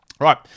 Right